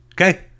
Okay